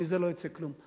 מזה לא יצא כלום,